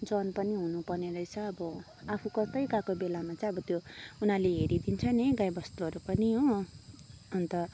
जन पनि हुनुपर्ने रहेछ अब आफू कतै गएको बेलामा चाहिँ अब त्यो उनीहरूले हेरिदिन्छ नि गाईबस्तुहरू पनि हो अन्त